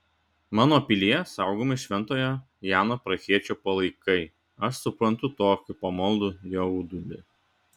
mano pilyje saugomi šventojo jano prahiečio palaikai aš suprantu tokį pamaldų jaudulį